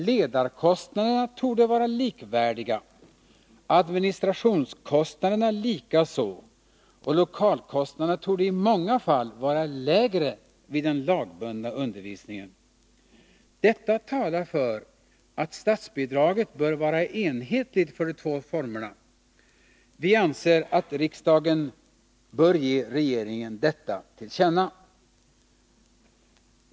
Ledarkostnaderna torde vara likvärdiga, administrationskostnaderna likaså, och lokalkostnaderna torde i många fall vara lägre vid den lagbundna undervisningen. Detta talar för att statsbidraget bör vara enhetligt för de två formerna. Vi anser att riksdagen bör ge regeringen detta till känna.